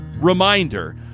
reminder